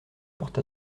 porte